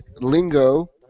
Lingo